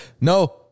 No